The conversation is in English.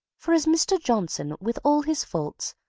for as mr. johnson, with all his faults,